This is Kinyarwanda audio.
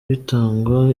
bitangwa